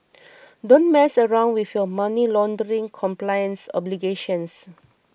don't mess around with your money laundering compliance obligations